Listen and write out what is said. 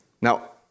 Now